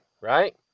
right